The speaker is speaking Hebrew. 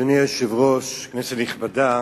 אדוני היושב-ראש, כנסת נכבדה,